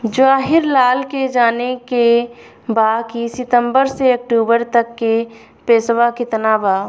जवाहिर लाल के जाने के बा की सितंबर से अक्टूबर तक के पेसवा कितना बा?